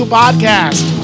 podcast